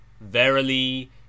Verily